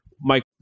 Mike